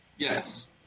Yes